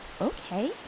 Okay